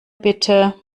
bitte